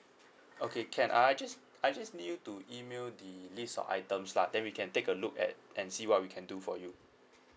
okay can I I just I just need you to email the list of items lah then we can take a look at and see what we can do for you